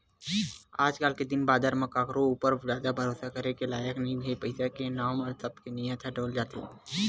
आज के दिन बादर म कखरो ऊपर जादा भरोसा करे के लायक नइ हे पइसा के नांव म सब के नियत ह डोल जाथे